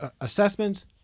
assessments